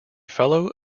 fellow